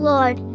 Lord